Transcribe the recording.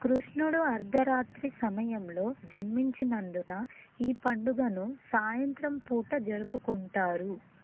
కృష్ణుడు అర్ధరాత్రి సమయంలో జన్మించినందున ఈ పండుగను సాయంత్రం పూట జరుపుకుంటారు